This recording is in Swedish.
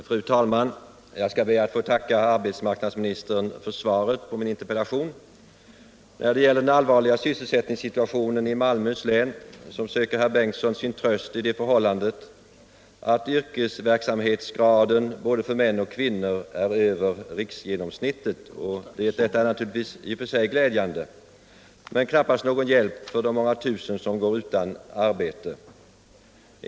Fru talman! Jag skall be att få tacka arbetsmarknadsministern för svaret på min interpellation. När det gäller den allvarliga sysselsättningssituationen i Malmöhus län söker herr Bengtsson sin tröst i det förhållandet att yrkesverksamhetsgraden för både män och kvinnor är över riksgenomsnittet. Detta är naturligtvis i och för sig glädjande men knappast någon hjälp för de många tusen som går utan arbete.